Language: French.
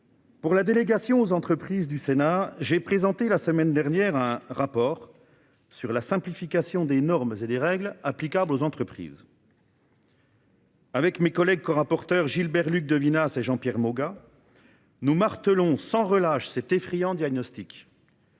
de la délégation aux entreprises du Sénat, j'ai présenté la semaine dernière un rapport d'information sur la simplification des normes et des règles applicables aux entreprises. Mes collègues rapporteurs Gilbert-Luc Devinaz et Jean-Pierre Moga et moi-même martelons sans relâche cet effrayant diagnostic